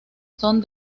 son